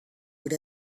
with